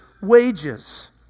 wages